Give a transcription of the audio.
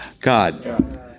God